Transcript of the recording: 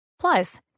Plus